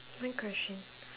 my question